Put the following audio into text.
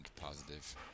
positive